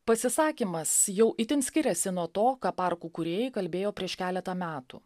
pasisakymas jau itin skiriasi nuo to ką parkų kūrėjai kalbėjo prieš keletą metų